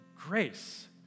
grace